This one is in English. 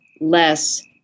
less